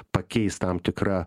pakeis tam tikra